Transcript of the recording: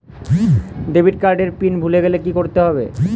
Debit card এর PIN ভুলে গেলে কি করতে হবে?